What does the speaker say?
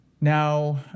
Now